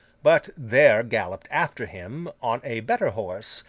but, there galloped after him, on a better horse,